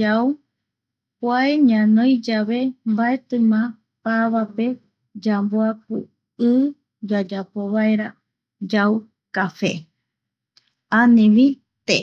yau, kua ñanoi yave mbaetima pava pe yamboakui yayapovaera yau café, anivi té.